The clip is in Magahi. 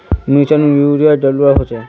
मिर्चान यूरिया डलुआ होचे?